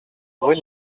rue